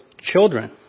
children